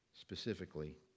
specifically